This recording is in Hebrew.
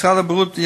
משרד הבריאות,